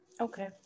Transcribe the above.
Okay